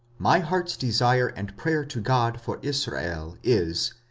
my heart's desire and prayer to god for israel is,